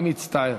אני מצטער,